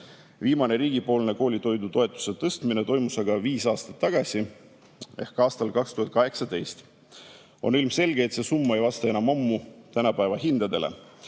Viimane riigipoolne koolitoidutoetuse tõstmine toimus viis aastat tagasi ehk aastal 2018. On ilmselge, et see summa ei vasta enam ammu tänapäeva hindadele.